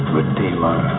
redeemer